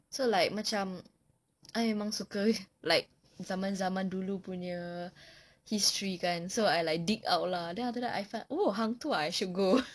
so like macam I memang suka like zaman-zaman dulu punya history kan so I like dig out lah then after that I felt oh hang tuah ah I should go